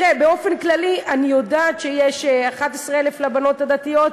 באופן כללי אני יודעת שיש 11,000 לבנות הדתיות,